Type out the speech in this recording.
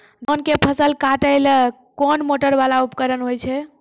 धान के फसल काटैले कोन मोटरवाला उपकरण होय छै?